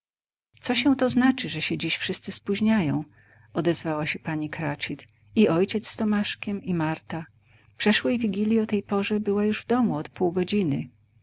co się to znaczy że się dziś wszyscy spóźniają odezwała się pani cratchit i ojciec z tomaszkiem i marta przeszłej wigilji o tej porze była w domu od pół godziny